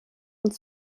und